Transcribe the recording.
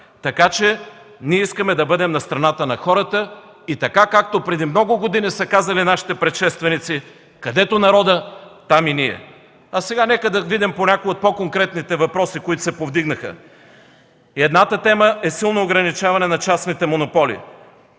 Ние искаме да бъдем на страната на хората и както преди много години са казали нашите предшественици: „Където народът, там и ние!” Сега нека да видим някои от по-конкретните въпроси, които се повдигнаха. Едната тема е: силно ограничаване на частните монополи,